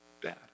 Dad